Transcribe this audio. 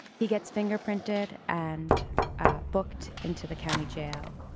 he gets fingerprinted and booked into the county jail.